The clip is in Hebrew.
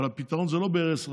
אבל הפתרון הוא לא בהרס החקלאות,